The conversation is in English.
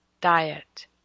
diet